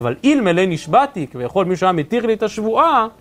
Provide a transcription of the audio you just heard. אבל אלמלא נשבעתי, כביכול משהו היה מתיר לי את השבועה